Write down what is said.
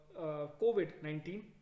COVID-19